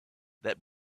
that